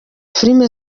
filime